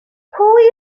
pwy